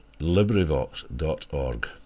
LibriVox.org